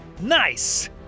Nice